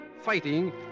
fighting